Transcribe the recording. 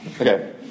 Okay